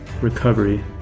recovery